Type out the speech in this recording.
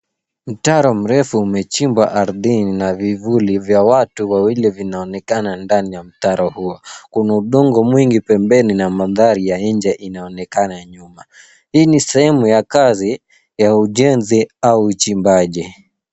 Mtaro mrefu umechimbwa ardhini na vivuli vya watu wawili vinaonekana ndani ya mtaro huo. Kuna udongo mwingi pembeni na mandhari ya nje inaonekana nyuma. Hii ni sehemu ya kazi ya ujenzi au uchimbaji.